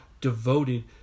devoted